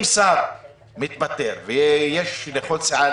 אם שר מתפטר ויש לכל סיעה,